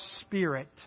spirit